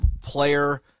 player